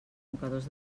mocadors